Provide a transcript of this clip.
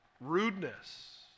rudeness